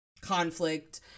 conflict